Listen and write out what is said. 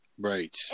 Right